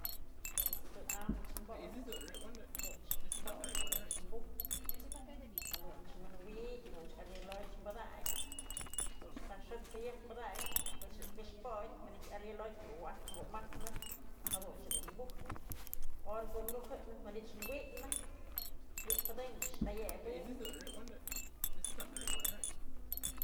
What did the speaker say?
Pos kë am ëch botyë, jadunch bodyë jadunch bujyë jadunch wi'inwityë, jadunch ariel jotyë padakyë, kot's t'saj xët's jayëp padakyë koch nuk këx podyë manytë ariel jotyë kuwat kumat'snax, jadunch jedun bujyë ora ko myujë'ënë manytë ëch wi'inë, wi'ipëdënyë manytë ayëbënyë jadun yëdun.